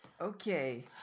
Okay